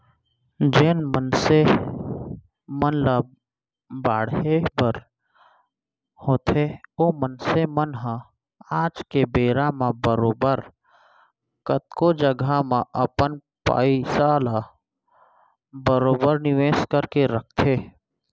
जेन मनसे मन ल बाढ़े बर होथे ओ मनसे मन ह आज के बेरा म बरोबर कतको जघा म अपन पइसा ल बरोबर निवेस करके राखथें